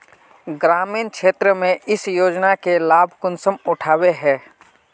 ग्रामीण क्षेत्र में इस योजना के लाभ कुंसम उठावे है?